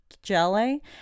Jelly